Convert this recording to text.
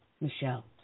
Michelle